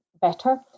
better